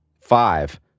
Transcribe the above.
Five